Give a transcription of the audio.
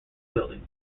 building